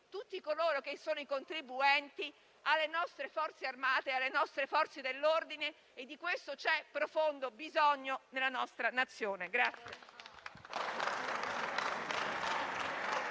tutti i contribuenti alle nostre Forze armate e alle nostre Forze dell'ordine. E di questo c'è profondo bisogno nella nostra Nazione.